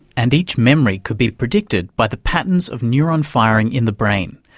and each memory could be predicted by the patterns of neuron-firing in the brain,